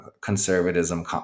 Conservatism